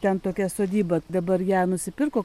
ten tokia sodyba dabar ją nusipirko